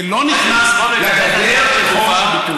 זה לא נכנס לגדר של חופש ביטוי.